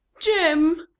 Jim